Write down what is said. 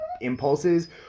impulses